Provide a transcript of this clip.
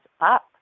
up